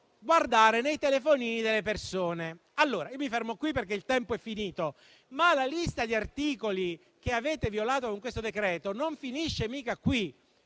guardare nei telefonini delle persone. Mi fermo qui perché il tempo è finito, ma la lista di articoli che avete violato con questo decreto non finisce certamente